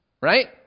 Right